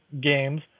games